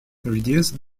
reduced